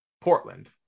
portland